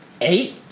eight